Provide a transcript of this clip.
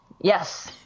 Yes